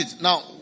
now